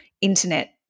internet